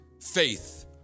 faith